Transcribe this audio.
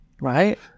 right